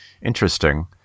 interesting